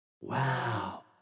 wow